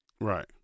Right